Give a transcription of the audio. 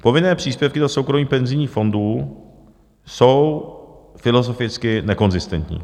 Povinné příspěvky do soukromých penzijních fondů jsou filozoficky nekonzistentní.